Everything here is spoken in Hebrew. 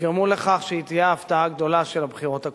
יגרמו לכך שהיא תהיה ההפתעה הגדולה של הבחירות הקרובות,